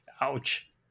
Ouch